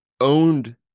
owned